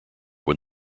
when